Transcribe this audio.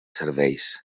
serveis